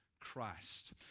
Christ